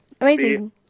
Amazing